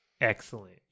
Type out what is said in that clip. Excellent